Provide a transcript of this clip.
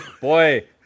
Boy